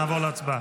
נעבור להצבעה.